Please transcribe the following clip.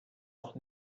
noch